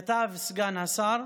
כתב סגן השר: